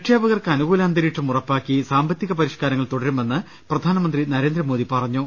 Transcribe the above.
നിക്ഷേപകർക്ക് അനുകൂല അന്തരീക്ഷം ഉറപ്പാക്കി സാമ്പത്തിക പരിഷ്കാര ങ്ങൾ തുടരുമെന്ന് പ്രധാനമന്ത്രി നരേന്ദ്രമോദി പറഞ്ഞു